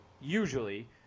usually